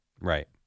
Right